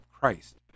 Christ